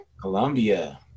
Colombia